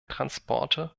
transporte